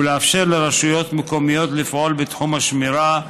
ולאפשר לרשויות מקומיות לפעול בתחום השמירה,